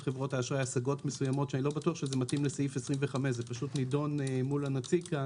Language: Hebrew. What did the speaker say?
השגות שאיני בטוח שמתאים לסעיף 25. זה נידון מול הנציג.